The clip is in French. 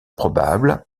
probable